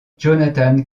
jonathan